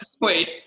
Wait